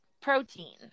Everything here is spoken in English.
protein